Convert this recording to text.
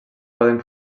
poden